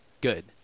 good